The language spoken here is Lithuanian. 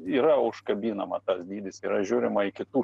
yra užkabinama tas dydis yra žiūrima į kitų